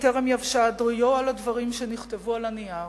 טרם יבשה הדיו על הדברים שנכתבו על הנייר,